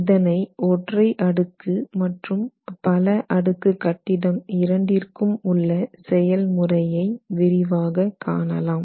இதனை ஒற்றை அடுக்கு மற்றும் பல அடுக்கு கட்டிடம் இரண்டிற்கும் உள்ள செயல்முறையை விரிவாக காணலாம்